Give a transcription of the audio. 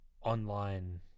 online